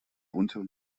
unteren